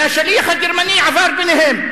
והשליח הגרמני עבר ביניהם.